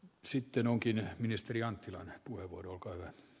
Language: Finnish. sitten onkin ministeri anttilan puheenvuoro aika